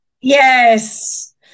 Yes